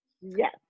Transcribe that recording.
Yes